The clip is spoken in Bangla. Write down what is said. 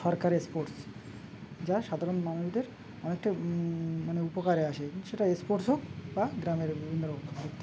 সরকারি স্পোর্টস যা সাধারণ মানুষদের অনেকটা মানে উপকারে আসে সেটা স্পোর্টস হোক বা গ্রামের বিভিন্ন রকমের থেকে